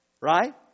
Right